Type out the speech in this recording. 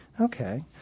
Okay